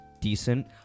decent